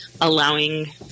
allowing